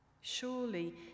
Surely